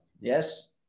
Yes